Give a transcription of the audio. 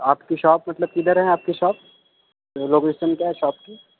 آپ کی شاپ مطلب کدھر ہیں آپ کی شاپ لوکیشن کیا ہے شاپ کی